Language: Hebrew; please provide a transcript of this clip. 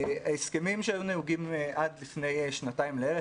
ההסכמים שהיו נהוגים עד לפני שנתיים לערך,